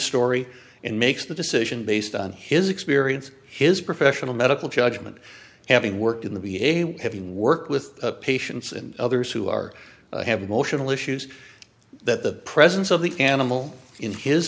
story and makes the decision based on his experience his professional medical judgment having worked in the be a having worked with patients and others who are have emotional issues that the presence of the animal in his